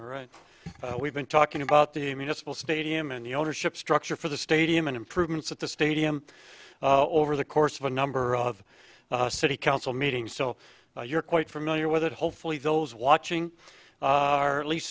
right we've been talking about the municipal stadium and the ownership structure for the stadium and improvements at the stadium over the course of a number of city council meetings so you're quite familiar with it hopefully those watching are at least